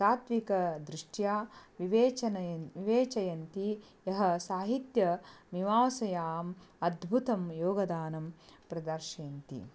तात्त्विकदृष्ट्या विवेचयन् विवेचयन्ति यः साहित्यमिमांसयाम् अद्भुतं योगदानं प्रदर्शयन्ति